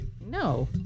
no